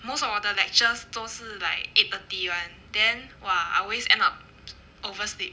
most of 我的 lecture 都是 like eight thirty [one] then !wah! I always end up oversleep